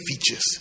features